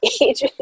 age